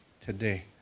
today